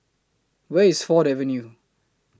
Where IS Ford Avenue